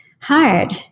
hard